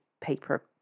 paper